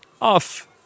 Off